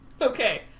Okay